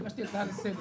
ביקשתי הצעה לסדר,